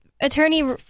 attorney